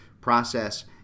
process